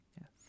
Yes